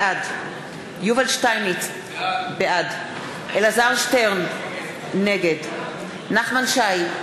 בעד יובל שטייניץ, בעד אלעזר שטרן, נגד נחמן שי,